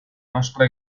nostra